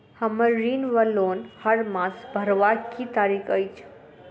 हम्मर ऋण वा लोन हरमास भरवाक की तारीख अछि?